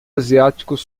asiáticos